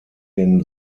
den